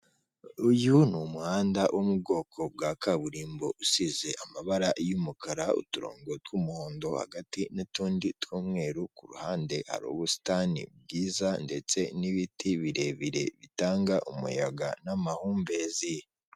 Uyu ni umuhanda wo mu bwoko bwa kaburimbo usize amabara y'umukara, uturongo tw'umuhondo hagati n'utundi tw'umweru ku ruhande. Hari ubusitani bwiza ndetse n'ibiti birebire bitanga umuyaga n'amahumbezi.